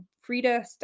frida